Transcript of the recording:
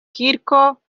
kirko